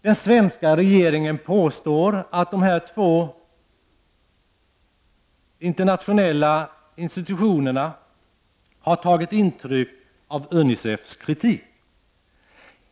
Den svenska regeringen påstår att dessa två internationella institutioner tagit intryck av UNICEFS kritik.